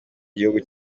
gihugu